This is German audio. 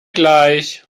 gleich